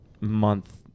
month